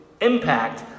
impact